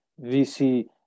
VC